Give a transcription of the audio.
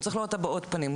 צריך לראות הבעות פנים,